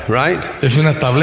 right